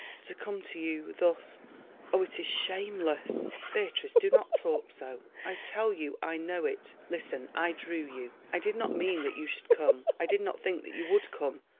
to come to you thus oh, it is shameless! beatrice, do not talk so. i tell you i know it. listen i drew you. i did not mean that you should come. i did not think that you would come,